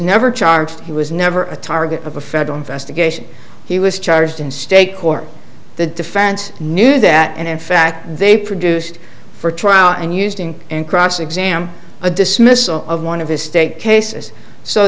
charged he was never a target of a federal investigation he was charged in state court the defense knew that and in fact they produced for trial and using and cross exam a dismissal of one of his state cases so